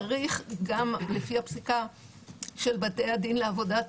לפי הפסיקה של בתי הדין לעבודה,